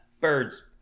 Birds